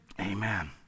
amen